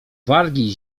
wargi